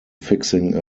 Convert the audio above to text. fixing